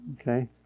Okay